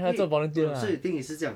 因为 no so the thing is 是这样